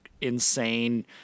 insane